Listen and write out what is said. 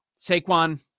Saquon